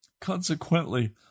Consequently